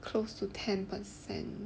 close to ten percent